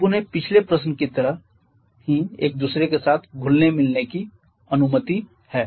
अब उन्हें पिछले प्रश्न की तरह ही एक दूसरे के साथ घुलने मिलने की अनुमति है